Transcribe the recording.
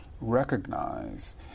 recognize